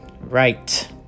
right